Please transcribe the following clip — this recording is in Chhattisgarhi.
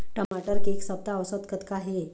टमाटर के एक सप्ता औसत कतका हे?